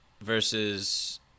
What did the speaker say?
versus